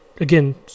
again